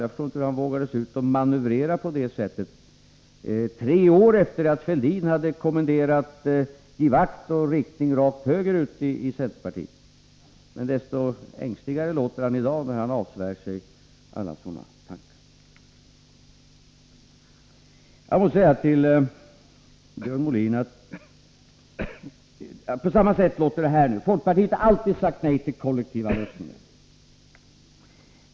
Jag förstår inte hur han vågade sig ut och manövrera på detta sätt tre år efter det att Thorbjörn Fälldin hade kommenderat givakt och riktning rakt höger ut inom centerpartiet. Desto ängsligare låter han i dag, när han avsvär sig alla sådana tankar. Jag måste säga till Björn Molin att jag tycker att det låter likadant från hans håll: Folkpartiet har alltid sagt nej till kollektiva lösningar.